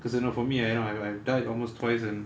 because you know for me I I have died almost twice and